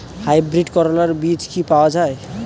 Hybrid করলার বীজ কি পাওয়া যায়?